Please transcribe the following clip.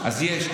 אז יש,